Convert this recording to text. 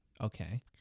Okay